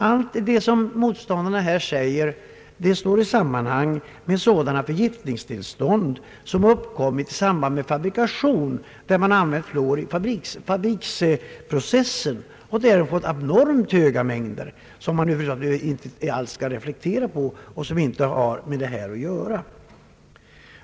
Allt som motionärerna i denna fråga säger sammanhänger med sådana förgiftningstillstånd som har uppkommit i samband med fabrikation då man har använt fluor i fabrikationsprocessen och därigenom en abnormt mycket högre mängd, ofta flera hundra pp, något som inte har med denna sak att göra.